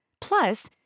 Plus